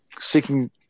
seeking